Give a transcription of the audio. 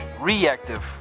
reactive